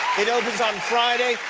it opens on friday.